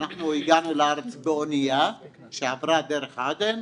אנחנו הגענו לארץ באונייה שעברה דרך עדן,